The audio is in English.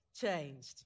changed